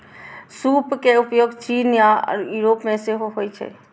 सूप के उपयोग चीन आ यूरोप मे सेहो होइ छै